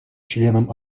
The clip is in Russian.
членам